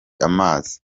amazi